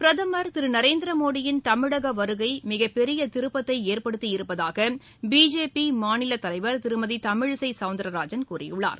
பிரதுமர் திரு நரேந்திர மோடியின் தமிழக வருகை மிகப்பெரிய திருப்பதை ஏற்படுத்தி இருப்பதாக பிஜேபி மாநிலத் தலைவர் திருமதி தமிழிசை சௌந்தரராஜன் கூறியுள்ளார்